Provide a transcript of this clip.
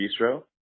Bistro